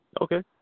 okay